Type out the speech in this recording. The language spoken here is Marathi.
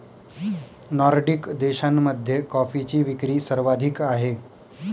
नॉर्डिक देशांमध्ये कॉफीची विक्री सर्वाधिक आहे